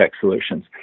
solutions